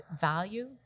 value